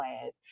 class